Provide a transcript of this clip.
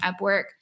Upwork